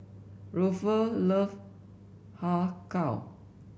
Ruffus loves Har Kow